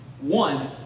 One